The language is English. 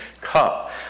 cup